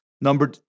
Number